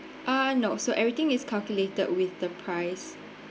uh no so everything is calculated with the price